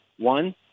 One